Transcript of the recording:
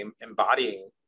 embodying